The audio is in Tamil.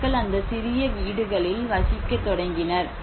மக்கள் அந்த சிறிய வீடுகளில் வசிக்கத் தொடங்கினர்